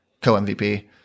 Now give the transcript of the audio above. co-MVP